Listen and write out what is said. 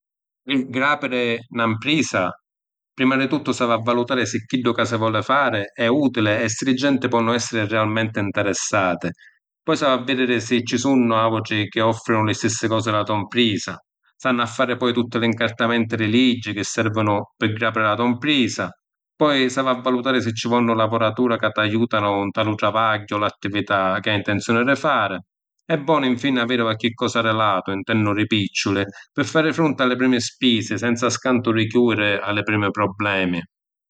Pi grapiri na ‘mprisa prima di tuttu s’havi a valutari si chiddu ca si voli fari è utili e si li genti ponnu esseri realmenti ‘nteressati. Poi s’havi a vidiri si ci sunnu autri chi offrinu li stissi cosi di la to’ ‘mprisa. S’hannu a fari poi tutti l’incartamenti di liggi chi servinu pi grapiri la to’ ‘mprisa. Poi s’havi a valutari si ci vonnu lavuratura ca t’aiutanu nta lu travagghiu o l’attività chi hai ‘ntinzioni di fari. E’ bonu, infini, aviri qualchi cosa di latu, intennu di picciuli, pi fari frunti a li primi spisi senza scantu di chiudiri a li primi problemi.